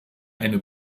eine